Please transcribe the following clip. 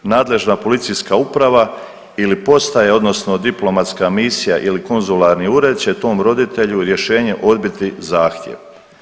Nadležna policijska uprava ili postaja odnosno diplomatska misija ili konzularni ured će tom roditelju rješenjem odbiti zahtjev.